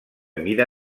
mida